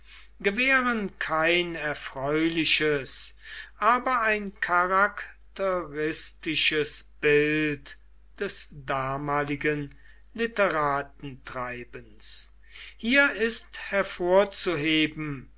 gewähren kein erfreuliches aber ein charakteristisches bild des damaligen literatentreibens hier ist hervorzuheben